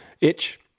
itch